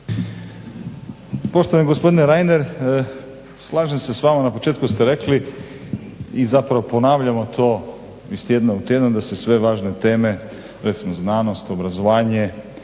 Poštovani gospodine Reiner slažem se s vama na početku ste rekli i zapravo ponavljamo to iz tjedna u tjedan da se sve važne teme, recimo znanost, obrazovanje,